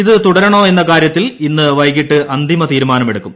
ഇത് തുടരണോ എന്ന കാര്യത്തിൽ ഇന്ന് വൈകിട്ട് അന്തിമ തീരുമാനമെടുക്കും